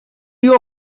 your